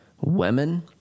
women